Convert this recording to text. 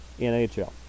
NHL